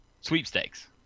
sweepstakes